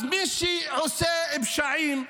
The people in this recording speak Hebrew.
אז מי שעושה פשעים,